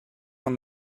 man